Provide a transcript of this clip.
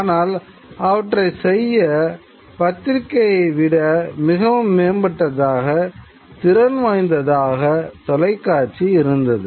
ஆனால் அவற்றை செய்ய பத்திரிக்கையை விட மிகவும் மேம்பட்டதாக திறன்வாய்த்தாக தொலைக்காட்சி இருந்தது